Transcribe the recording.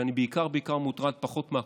ואני בעיקר בעיקר מוטרד, פחות מהקורונה,